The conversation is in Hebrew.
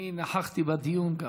אני גם נכחתי בדיון,